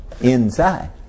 inside